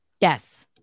Yes